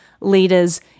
leaders